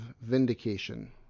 vindication